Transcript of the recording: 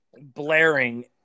blaring